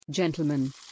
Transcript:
Gentlemen